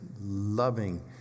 loving